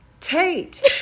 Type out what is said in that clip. Tate